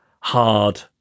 hard